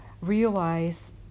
realize